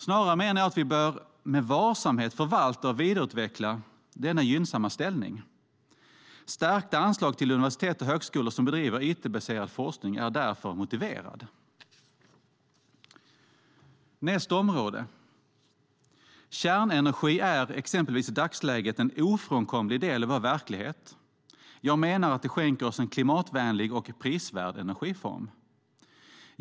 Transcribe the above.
Snarare menar jag att vi bör med varsamhet förvalta och vidareutveckla denna gynnsamma ställning. Stärkta anslag till universitet och högskolor som bedriver it-baserad forskning är därför motiverade. Kärnenergi är det andra området som i dagsläget är en ofrånkomlig del av vår verklighet. Jag menar att det skänker oss en klimatvänlig och prisvärd energiform.